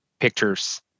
pictures